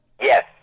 Yes